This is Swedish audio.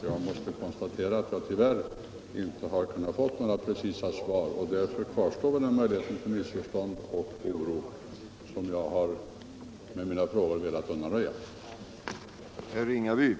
Jag måste konstatera att jag tyvärr inte kunnat få några precisa svar, och därför kvarstår de möjligheter till missförstånd och oro som jag med mina frågor velat hjälpa till att undaröja.